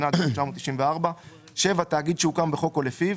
התשנ"ד 1994‏; (7)תאגיד שהוקם בחוק או לפיו,